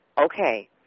Okay